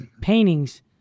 paintings